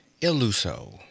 Illuso